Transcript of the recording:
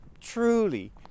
truly